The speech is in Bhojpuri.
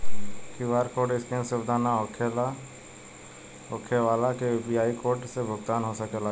क्यू.आर कोड स्केन सुविधा ना होखे वाला के यू.पी.आई कोड से भुगतान हो सकेला का?